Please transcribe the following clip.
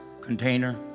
container